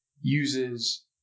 uses